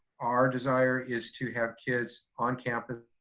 our desire is to have kids on campus.